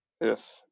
Yes